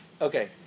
Okay